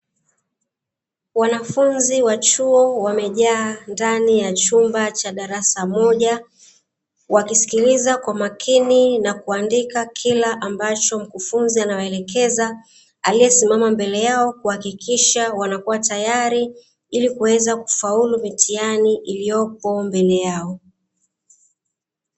Wanafunzi wa chuo wamejaa ndani ya chumba cha darasa moja, wakisikiliza kwa makini na kuandika kila ambacho mkufunzi anawaelekeza, aliyesimama mbele yao kuhakikisha wanakuwa tayari ili kuweza kufaulu mitihani iliyopo mbele yao.